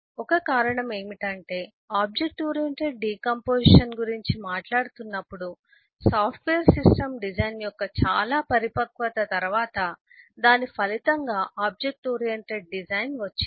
ఒక కారణం ఏమిటంటే ఆబ్జెక్ట్ ఓరియెంటెడ్ డికాంపొజిషన్ గురించి మాట్లాడుతున్నప్పుడు సాఫ్ట్వేర్ సిస్టమ్ డిజైన్ యొక్క చాలా పరిపక్వత తర్వాత దాని ఫలితంగా ఆబ్జెక్ట్ ఓరియెంటెడ్ డిజైన్ వచ్చింది